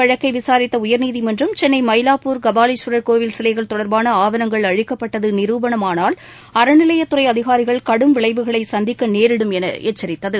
மற்றொரு வழக்கை விசாரித்த உயர்நீதிமன்றம் சென்னை மயிலாப்பூர் கபாலீஸ்வரர் கோவில் சிலைகள் தொடர்பான ஆவணங்கள் அழிக்கப்பட்டது நிரூபணமானால் அறநிலையத்துறை அதிகாரிகள் கடும் விளைவுகளை சந்திக்க நேரிடும் என எச்சரித்தது